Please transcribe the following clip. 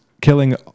killing